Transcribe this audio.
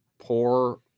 poor